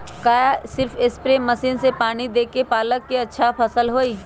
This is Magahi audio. का सिर्फ सप्रे मशीन से पानी देके पालक के अच्छा फसल होई?